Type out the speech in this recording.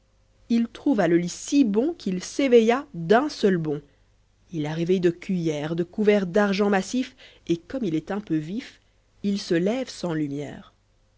il trouva le lit si bon qu'il s'éveilla d'un seul bond il a rêvé de cuillère de couvert d'argent massif et comme il est un peu vif il se lève sans lumière